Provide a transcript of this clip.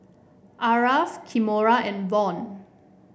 Aarav Kimora and Von